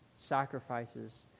Sacrifices